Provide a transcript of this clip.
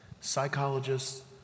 Psychologists